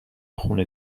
خونه